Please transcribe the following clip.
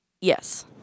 Yes